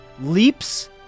leaps